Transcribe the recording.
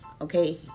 okay